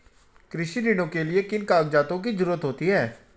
कृषि ऋण के लिऐ कौन से कागजातों की जरूरत होती है?